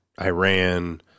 Iran